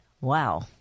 Wow